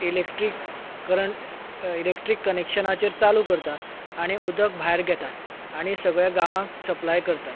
इलॅक्ट्रि करण इलॅक्ट्रीक कनॅक्शनाचेर चालू करतात उदक भायर घेतात आनी सगळ्या गांवाक सप्लाय करतात